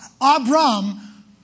Abram